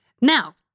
Now